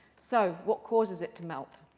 so what causes it to melt?